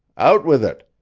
out with it!